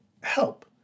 Help